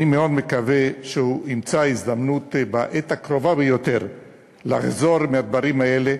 אני מאוד מקווה שהוא ימצא הזדמנות בעת הקרובה ביותר לחזור מהדברים האלה,